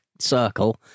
circle